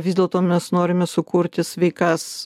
vis dėlto mes norime sukurti sveikas